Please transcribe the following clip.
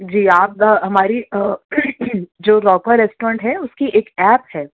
جی آپ دا ہماری جو روکر ریسٹورینٹ ہے اس کی ایک ایپ ہے